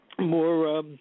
more –